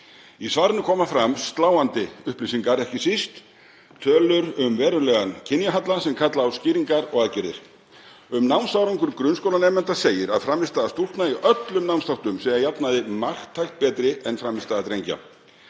Í svarinu koma fram sláandi upplýsingar, ekki síst tölur um verulegan kynjahalla sem kalla á skýringar og aðgerðir. Um námsárangur grunnskólanemenda segir að frammistaða stúlkna í öllum námsþáttum sé að jafnaði marktækt betri en frammistaða drengja.